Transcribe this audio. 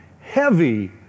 heavy